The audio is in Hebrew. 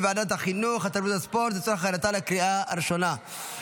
בעד, שמונה נגד.